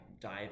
dive